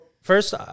first